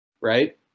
right